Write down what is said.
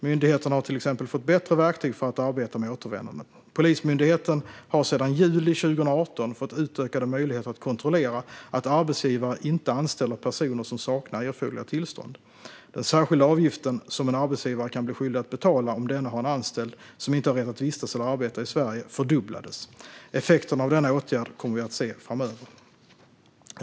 Myndigheterna har till exempel fått bättre verktyg för att arbeta med återvändande. Polismyndigheten har sedan juli 2018 fått utökade möjligheter att kontrollera att arbetsgivare inte anställer personer som saknar erforderliga tillstånd. Den särskilda avgiften som en arbetsgivare kan bli skyldig att betala om denne har en anställd som inte har rätt att vistas eller arbeta i Sverige fördubblades. Effekterna av denna åtgärd kommer vi att se framöver.